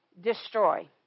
destroy